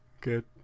Good